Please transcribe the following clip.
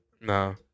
No